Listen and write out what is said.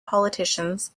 politicians